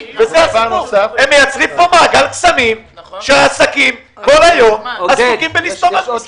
הם מייצרים פה מעגל קסמים שהעסקים כל היום עסוקים בלהסתובב.